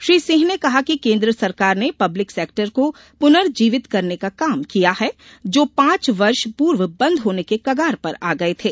श्री सिंह ने कहा कि केन्द्र सरकार ने पब्लिक सेक्टर को पुर्नजीवित करने का काम किया है जो पांच वर्ष पूर्व बंद होने के कगार पर आ गये थे